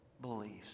beliefs